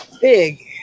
big